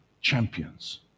champions